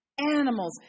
animals